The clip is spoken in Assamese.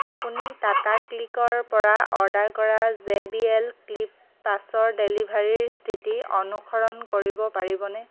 আপুনি টাটা ক্লিকৰ পৰা অৰ্ডাৰ কৰা জেবিএল ক্লিপ পাঁচৰ ডেলিভাৰীৰ স্থিতি অনুসৰণ কৰিব পাৰিবনে